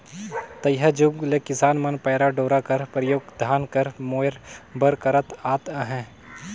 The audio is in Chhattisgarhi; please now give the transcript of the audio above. तइहा जुग ले किसान मन पैरा डोरा कर परियोग धान कर मोएर बर करत आत अहे